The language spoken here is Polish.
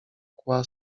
kła